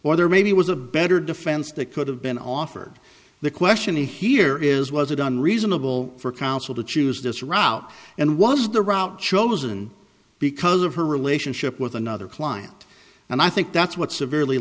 or there maybe was a better defense that could have been offered the question here is was it done reasonable for counsel to choose this route and was the route chosen because of her relationship with another client and i think that's what's severely